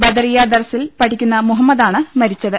ബദറിയ ദർസിൽ പഠിക്കുന്ന മുഹമ്മദാണ് മരിച്ചത്